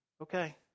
okay